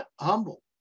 humble